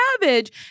cabbage